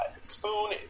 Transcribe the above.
Spoon